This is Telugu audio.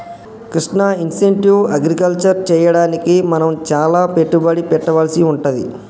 కృష్ణ ఇంటెన్సివ్ అగ్రికల్చర్ చెయ్యడానికి మనం చాల పెట్టుబడి పెట్టవలసి వుంటది